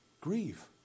grieve